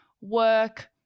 work